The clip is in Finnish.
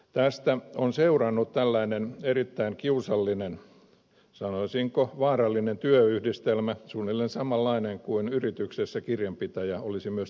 tästä on seurannut tällainen erittäin kiusallinen sanoisinko vaarallinen työyhdistelmä suunnilleen samanlainen kuin jos yrityksessä kirjanpitäjä olisi myös tilintarkastaja